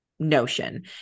notion